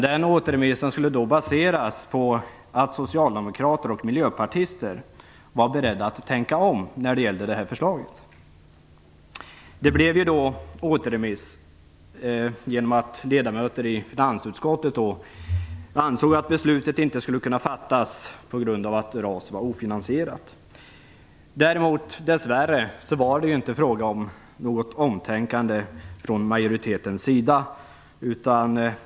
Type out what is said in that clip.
Den återremissen skulle baseras på att socialdemokrater och miljöpartister var beredda att tänka om när det gällde detta förslag. Det blev återremiss genom att ledamöter i finansutskottet ansåg att beslutet inte skulle kunna fattas på grund av att RAS var ofinansierat. Däremot var det dess värre inte fråga om något omtänkande från majoritetens sida.